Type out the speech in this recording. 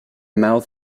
mouth